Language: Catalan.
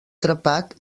trepat